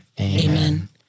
Amen